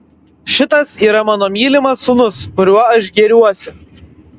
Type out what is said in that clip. šitas yra mano mylimas sūnus kuriuo aš gėriuosi